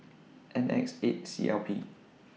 N X eight C L P